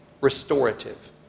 restorative